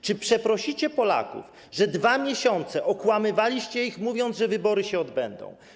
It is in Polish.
Czy przeprosicie Polaków, że 2 miesiące okłamywaliście ich, mówiąc, że wybory się odbędą?